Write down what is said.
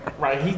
right